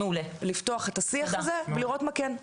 לפתוח את השיח הזה ולראות מה כן.